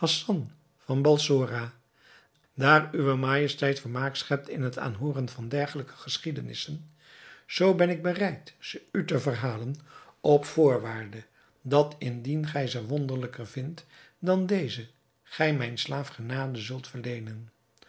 van balsora daar uwe majesteit vermaak schept in het aanhooren van dergelijke geschiedenissen zoo ben ik bereid ze u te verhalen op voorwaarde dat indien gij ze wonderlijker vindt dan deze gij mijn slaaf genade zult verleenen